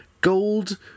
gold